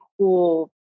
cool